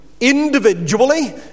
individually